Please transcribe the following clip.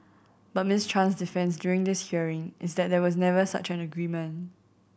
but Miss Chan's defence during this hearing is that there was never such an agreement